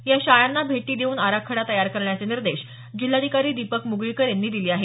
या शाळांना भेटी देऊन आराखडा तयार करण्याचे निर्देश जिल्हाधिकारी दीपक म्गळीकर यांनी दिले आहेत